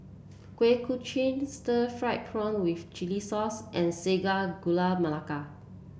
Kuih Kochi Stir Fried Prawn with Chili Sauce and Sago Gula Melaka